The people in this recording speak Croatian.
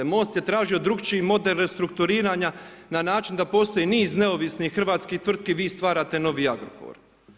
MOST je tražio drukčiji model restrukturiranja na način da postoji niz neovisnih hrvatskih tvrtki, vi stvarate novi Agrokor.